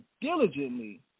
diligently